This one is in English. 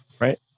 right